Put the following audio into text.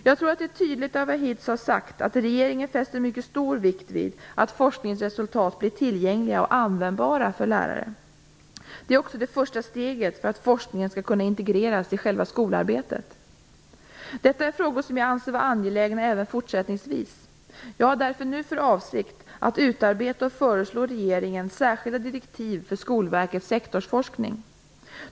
Jag tror att det är tydligt utifrån vad jag hittills har sagt att regeringen fäster mycket stor vikt vid att forskningens resultat blir tillgängliga och användbara för lärare. Det är också det första steget för att forskningen skall kunna integreras i själva skolarbetet. Detta är frågor som jag anser vara angelägna även fortsättningsvis. Jag har därför nu för avsikt att utarbeta och föreslå regeringen särskilda direktiv för Skolverkets sektorsforskning.